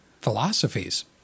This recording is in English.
philosophies